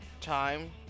time